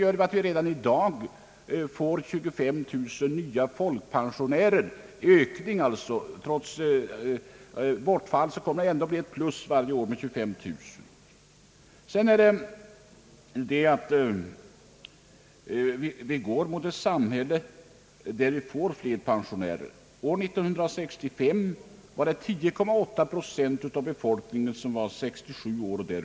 Trots bortfallet får vi redan nu en ökning med 25 000 folkpensionärer. Vi går mot ett samhälle med allt fler pensionärer. År 1965 var 10,8 procent av befolkningen 67 år och äldre.